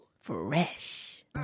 Fresh